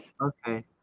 Okay